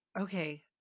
Okay